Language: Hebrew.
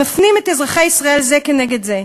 מפנים את אזרחי ישראל זה כנגד זה,